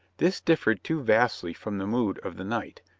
this differed too vastly from the mood of the night,